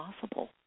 possible